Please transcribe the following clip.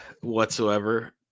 whatsoever